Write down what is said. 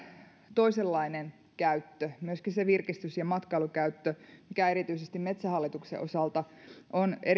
toisenlainen käyttö myöskin se virkistys ja matkailukäyttö mikä erityisesti metsähallituksen osalta on